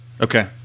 Okay